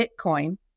Bitcoin